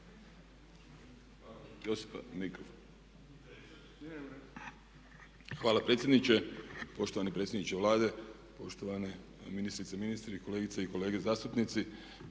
Hvala predsjedniče. Poštovani predsjedniče Vlade, poštovane ministrice i ministri, kolegice i kolege zastupnici